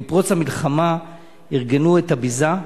מפרוץ המלחמה ארגנו את הביזה.